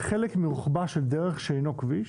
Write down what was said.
חלק מרוחבה של דרך שאינו כביש,